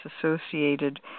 associated